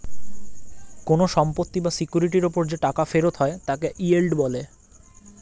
কোন সম্পত্তি বা সিকিউরিটির উপর যে টাকা ফেরত হয় তাকে ইয়েল্ড বলে